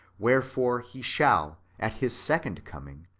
wherefore he shall, at his second coming,